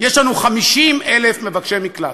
יש לנו 50,000 מבקשי מקלט,